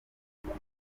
nubwo